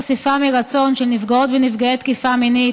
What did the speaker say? חשיפה מרצון של נפגעות ונפגעי תקיפה מינית),